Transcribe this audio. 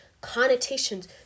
connotations